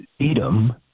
Edom